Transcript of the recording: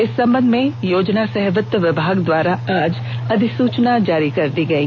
इस संबंध में योजना सह वित्त विभाग द्वारा आज अधिसूचना जारी कर दी गयी